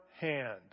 hand